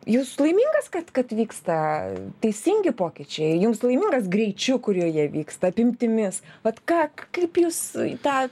jūs laimingas kad kad vyksta teisingi pokyčiai jūs laimingas greičiu kuriuo jie vyksta apimtimis vat ką kaip jūs tą